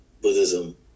Buddhism